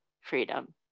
freedom